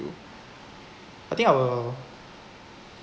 I think I will